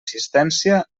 assistència